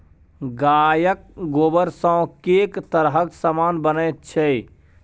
गायक गोबरसँ कैक तरहक समान बनैत छै